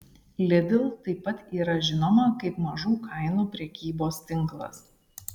lidl taip pat yra žinoma kaip mažų kainų prekybos tinklas